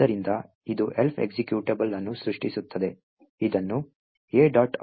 ಆದ್ದರಿಂದ ಇದು Elf executable ಅನ್ನು ಸೃಷ್ಟಿಸುತ್ತದೆ ಇದನ್ನು a